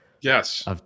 Yes